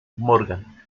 morgan